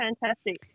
fantastic